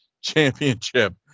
Championship